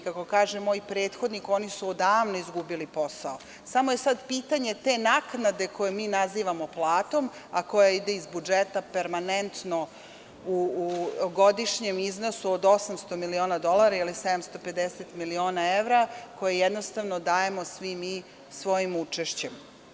Kako kaže moj prethodnik, oni su odavno izgubili posao, samo je sada pitanje te naknade koju mi nazivamo platom, a koja ide iz budžeta permanentno u godišnjem iznosu od 800 miliona dolara ili 750 miliona evra, koju jednostavno dajemo svi mi svojim učešćem.